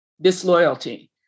disloyalty